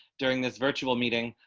during this virtual meeting.